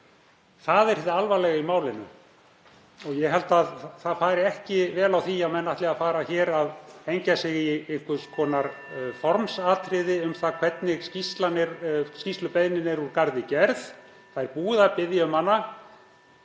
Það er hið alvarlega í málinu og ég held að það fari ekki vel á því að menn ætli að fara hér að hengja sig (Forseti hringir.) í einhvers konar formsatriði um það hvernig skýrslubeiðnin er úr garði gerð. Það er búið að biðja um